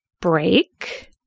break